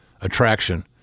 attraction